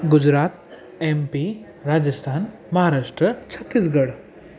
Gujarat MP Rajasthan Maharashtra Chhattisgarh